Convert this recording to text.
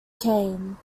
kane